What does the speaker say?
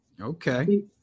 okay